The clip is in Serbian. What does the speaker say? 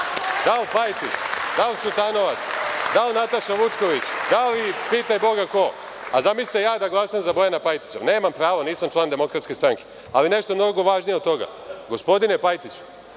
da li Pajtić, da li Šutanovac, da li Nataša Vučković, da li pitaj Boga ko? Pa sada ja da glasam za Bojana Pajtića. Nemam pravo, nisam član DS.Nešto mnogo važnije od toga, gospodine Pajtiću,